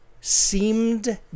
seemed